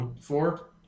Four